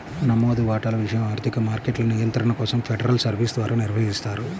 నమోదు వాటాల విషయం ఆర్థిక మార్కెట్ల నియంత్రణ కోసం ఫెడరల్ సర్వీస్ ద్వారా నిర్వహిస్తారు